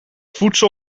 voedsel